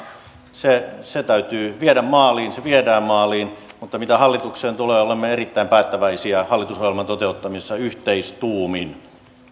se se täytyy viedä maaliin se viedään maaliin mutta mitä hallitukseen tulee olemme erittäin päättäväisiä hallitusohjelman toteuttamisessa yhteistuumin